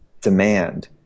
demand